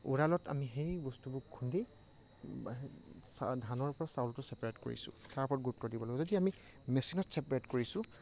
উৰালত আমি সেই বস্তুবোৰ খুন্দি ধানৰ পৰা সেই চাউলটো ছেপাৰেট কৰিছোঁ তাৰ ওপৰত গুৰুত্ব দিব লাগিব যদি আমি মেচিনত ছেপাৰেট কৰিছোঁ